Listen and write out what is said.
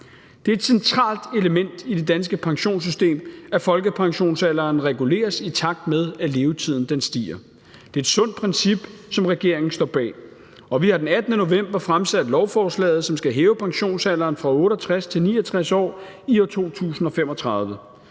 Det er et centralt element i det danske pensionssystem, at folkepensionsalderen reguleres, i takt med at levetiden stiger. Det er et sundt princip, som regeringen står bag, og vi har den 18. november fremsat lovforslaget, som skal hæve pensionsalderen fra 68 til 69 år i 2035.